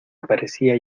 aparecía